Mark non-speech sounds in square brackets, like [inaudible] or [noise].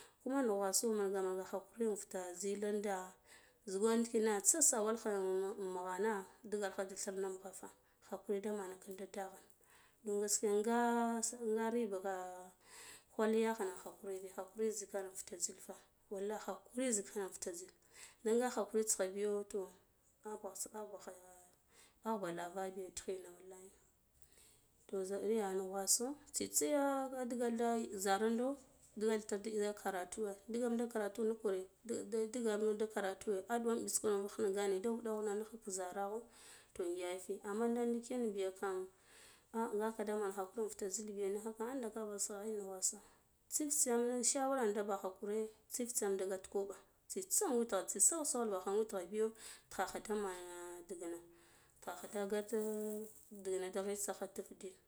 Kuma nughwaso manga man hakuri in fita zilanda zugwan ndikina tsitsa kha [hesitation] in mughana digalkha thirna mughaka fa hakuri da man kinda dighana dun gaskiya nga nga [hesitation] riba ka kwal yakhane hakuri bi hakuri zikan fitu zila fa wallahi hakuri zikan fita zil ndi nga hakurits kho bajo to abe abe [hesitation] abe lova biya tighin wallahi to za niya nugwaso tsitsa ya de dagolda ziranɗo digal itar za kartuwe digam da karatu ni kure digam karatu adlu wan lats ngine nga ghin gane da wuraka wura garkho to yafi amma ndiken biya kam ah ngake da mon hakuri in futa zil biya kha anda karasa ya nugwasa tsif tsiyam shawara nde bakure tsiftiyam nda gat kwaɓa tsitsa h witgha tsitsa in sawal bakha witgho biyo tikhakha mana digana tikha kha da gats ndigina da glitso tighana ndikin.